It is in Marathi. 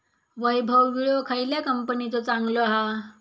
वैभव विळो खयल्या कंपनीचो चांगलो हा?